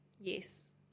Yes